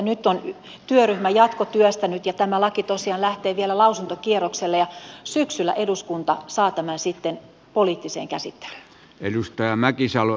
nyt on työryhmä jatkotyöstänyt ja tämä laki tosiaan lähtee vielä lausuntokierrokselle ja syksyllä eduskunta saa tämän sitten poliittiseen käsittelyyn